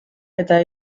eta